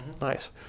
Nice